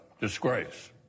disgrace